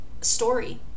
story